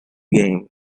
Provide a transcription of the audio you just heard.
game